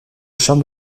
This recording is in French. charme